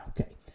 Okay